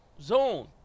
Zone